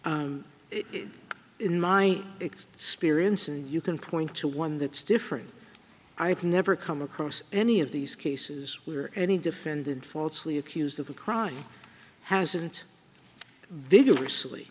in my experience and you can point to one that's different i have never come across any of these cases where any defended falsely accused of a crime hasn't